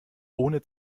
ohne